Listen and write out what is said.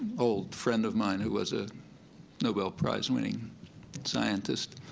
old friend of mine who was a nobel prize winning scientist,